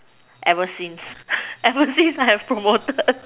ever since ever since I have promoted